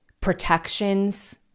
protections